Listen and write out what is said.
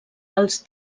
als